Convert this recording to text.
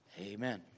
Amen